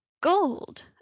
gold